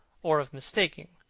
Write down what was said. or of mistaking,